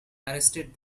arrested